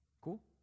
Cool